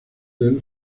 del